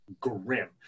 grim